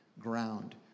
ground